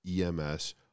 EMS